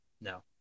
No